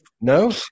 No